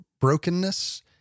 brokenness